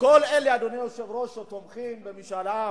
לכל אלה, אדוני היושב-ראש, שתומכים במשאל עם,